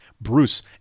Bruce